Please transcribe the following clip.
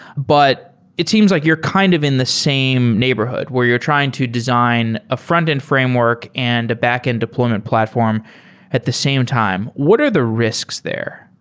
but it seems like you're kind of in the same neighborhood where you're trying to design a frontend framework and a backend deployment platform at the same time. what are the risks there?